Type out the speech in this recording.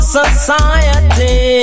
society